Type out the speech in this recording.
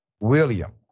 William